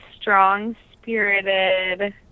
strong-spirited